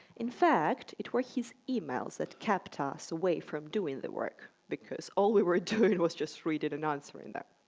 in fact, it was his emails that kept us away from doing the work, because all we were doing was just reading and answering them.